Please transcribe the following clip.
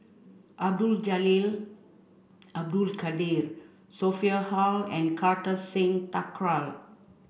Abdul Jalil Abdul Kadir Sophia Hull and Kartar Singh Thakral